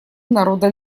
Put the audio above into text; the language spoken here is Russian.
народа